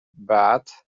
but